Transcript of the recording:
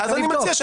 אני צריך לבדוק.